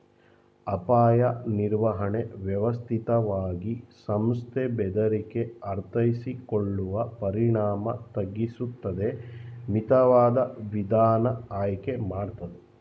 ಅಪಾಯ ನಿರ್ವಹಣೆ ವ್ಯವಸ್ಥಿತವಾಗಿ ಸಂಸ್ಥೆ ಬೆದರಿಕೆ ಅರ್ಥೈಸಿಕೊಳ್ಳುವ ಪರಿಣಾಮ ತಗ್ಗಿಸುತ್ತದೆ ಮಿತವಾದ ವಿಧಾನ ಆಯ್ಕೆ ಮಾಡ್ತದೆ